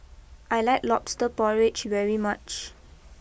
I like Lobster Porridge very much